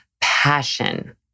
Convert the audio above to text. passion